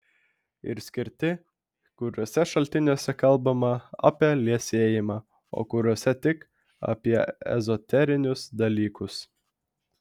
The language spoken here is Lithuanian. ir skirti kuriuose šaltiniuose kalbama apie liesėjimą o kuriuose tik apie ezoterinius dalykus